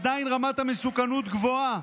עדיין רמת המסוכנות גבוהה,